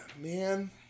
Man